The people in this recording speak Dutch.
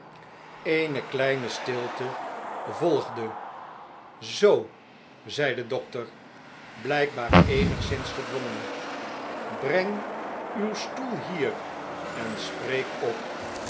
eene kleine stilte volgde zoo zei de dokter blgkbaar eenigszins gedwongen breng uw stoel hier en spreek op